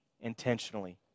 intentionally